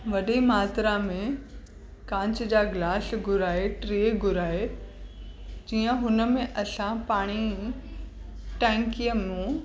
वॾे मात्रा में कांच जा ग्लाश घुराए ट्रे घुराए जीअं उन में असां पाणे ई टैंकी मूं